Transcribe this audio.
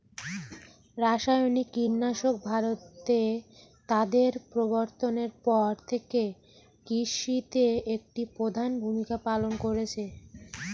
রাসায়নিক কীটনাশক ভারতে তাদের প্রবর্তনের পর থেকে কৃষিতে একটি প্রধান ভূমিকা পালন করেছে